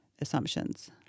assumptions